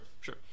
sure